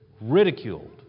ridiculed